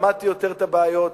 למדתי יותר את הבעיות,